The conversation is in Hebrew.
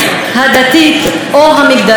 הדתית או המגדרית.